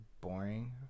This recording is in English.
boring